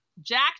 jack